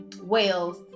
Wales